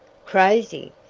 crazy!